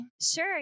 Sure